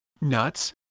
nuts